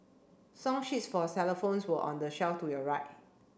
song sheets for xylophones were on the shall to your right